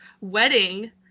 wedding